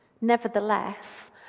Nevertheless